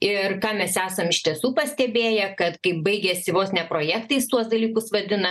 ir ką mes esam iš tiesų pastebėję kad kai baigėsi vos ne projektais tuos dalykus vadina